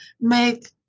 make